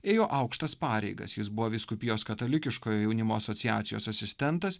ėjo aukštas pareigas jis buvo vyskupijos katalikiškojo jaunimo asociacijos asistentas